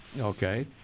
Okay